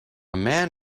man